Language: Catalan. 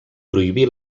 prohibí